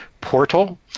portal